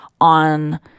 on